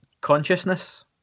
consciousness